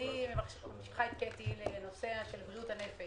אני ממשיכה את דבריה של קטי בנושא בריאות הנפש.